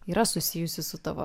yra susijusi su tavo